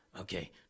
Okay